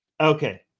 Okay